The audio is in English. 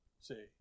See